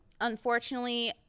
Unfortunately